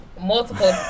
Multiple